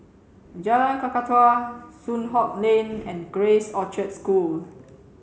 Jalan Kakatua Soon Hock Lane and Grace Orchard School